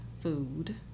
food